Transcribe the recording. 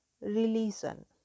religion